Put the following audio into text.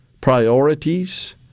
priorities